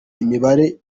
imibare